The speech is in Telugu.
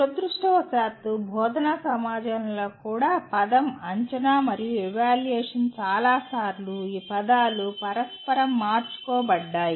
దురదృష్టవశాత్తు బోధనా సమాజంలో కూడా పదం అంచనా మరియు ఎవాల్యుయేషన్ చాలాసార్లు ఈ పదాలు పరస్పరం మార్చుకోబడ్డాయి